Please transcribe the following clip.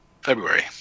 February